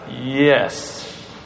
Yes